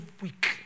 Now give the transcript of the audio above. weak